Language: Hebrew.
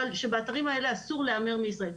אבל שבאתרים האלה אסור להמר מישראל.